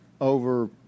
over